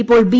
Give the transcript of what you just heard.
ഇപ്പോൾ ബി